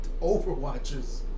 Overwatchers